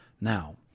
Now